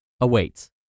awaits